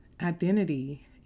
identity